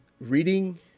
reading